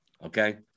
Okay